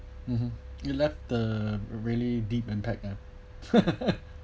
mmhmm it left the really deep impact eh